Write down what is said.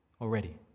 already